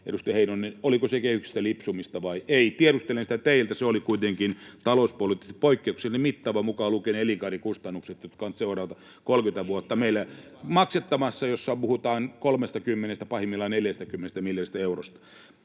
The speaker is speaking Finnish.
Edustaja Heinonen, oliko se kehyksistä lipsumista vai ei? Tiedustelen sitä teiltä. Se oli kuitenkin talouspoliittisesti poikkeuksellisen mittava mukaan lukien elinkaarikustannukset, jotka ovat nyt seuraavat 30 vuotta meillä [Timo Heinonen: Te sitä tunnutte vastustavan!] maksettavana